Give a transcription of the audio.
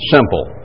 Simple